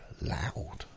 loud